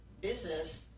business